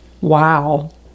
Wow